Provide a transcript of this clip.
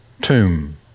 tomb